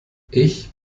ich